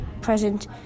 present